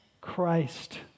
Christ